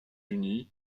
unis